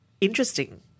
Interesting